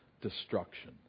destruction